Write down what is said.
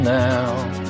now